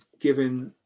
given